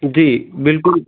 जी बिल्कुल